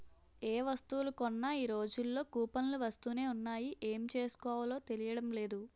ఏ వస్తువులు కొన్నా ఈ రోజుల్లో కూపన్లు వస్తునే ఉన్నాయి ఏం చేసుకోవాలో తెలియడం లేదు